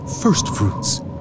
firstfruits